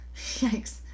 yikes